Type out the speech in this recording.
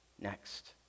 Next